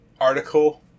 article